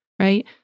right